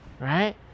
right